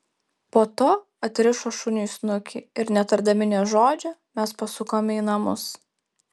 po to atrišo šuniui snukį ir netardami nė žodžio mes pasukome į namus